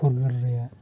ᱯᱷᱩᱨᱜᱟᱹᱞ ᱨᱮᱭᱟᱜ